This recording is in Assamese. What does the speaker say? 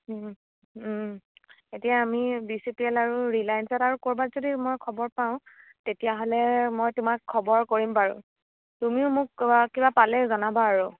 এতিয়া আমি বি চি পি এল আৰু ৰিলায়েঞ্চত আৰু ক'ৰবাত যদি মই খবৰ পাওঁ তেতিয়াহ'লে মই তোমাক খবৰ কৰিম বাৰু তুমিও মোক কিবা পালে জনাবা আৰু